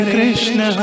Krishna